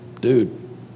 Dude